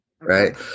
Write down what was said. right